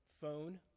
phone